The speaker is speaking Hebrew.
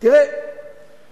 אני רוצה להגיד: